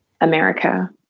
America